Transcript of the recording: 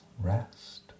rest